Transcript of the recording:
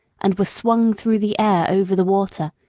and were swung through the air over the water,